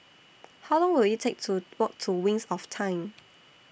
How Long Will IT Take to Walk to Wings of Time